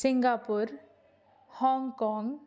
Singapore Hong Kong